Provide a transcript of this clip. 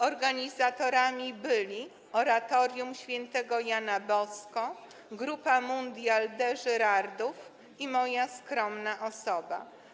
Organizatorami byli Oratorium św. Jana Bosko, grupa Mundial de Żyrardów i moja skromna osoba.